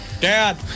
Dad